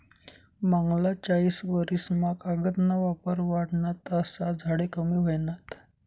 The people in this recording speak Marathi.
मांगला चायीस वरीस मा कागद ना वापर वाढना तसा झाडे कमी व्हयनात